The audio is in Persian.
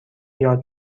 یاد